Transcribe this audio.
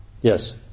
Yes